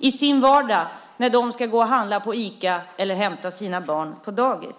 i sin vardag, när de ska gå och handla på Ica eller hämta sina barn på dagis, kommer att få möta vreden och frustrationen över de orättvisor som förslaget kommer att skapa.